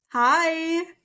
Hi